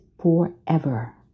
forever